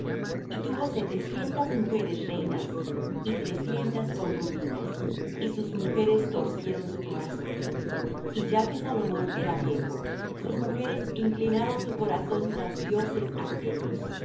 y tuvo setecientas mujeres reinas y trescientas concubinas y sus mujeres torcieron su corazón y ya que salomón era viejo sus mujeres inclinaron su corazón tras dioses ajenos